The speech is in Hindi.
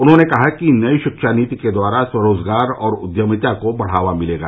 उन्होंने कहा कि नई शिक्षा नीति के द्वारा स्वरोजगार और उद्यमिता को बढ़ावा मिलेगा